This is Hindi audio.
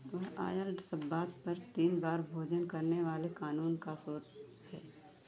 वह आयल शब्बात पर तीन बार भोजन करने वाले कानून का स्रोत है